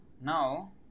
Now